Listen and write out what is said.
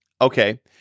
Okay